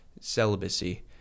celibacy